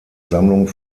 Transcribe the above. sammlung